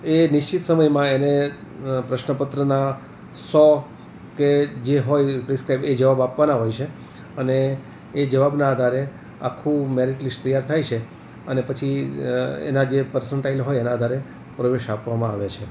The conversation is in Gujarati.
એ નિશ્ચિત સમયમાં એને પ્રશ્નપત્રના સો કે જે હોય પ્રિસકરાઈબ એ જવાબ આપવાના હોય છે અને એ જવાબ ના આધારે આખું મેરીટ લિસ્ટ તૈયાર થાય છે અને પછી એના જે પરસનટાઇલ હોય એના આધારે પ્રવેશ આપવામાં આવે છે